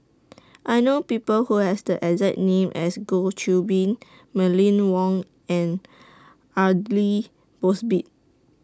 I know People Who Have The exact name as Goh Qiu Bin Mylene Wong and Aidli Mosbit